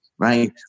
right